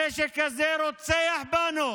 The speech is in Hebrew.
הנשק הזה רוצח בנו,